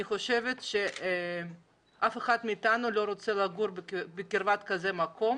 אני חושבת שאף אחד אתנו לא רוצה לגור בקרבת מקום כזה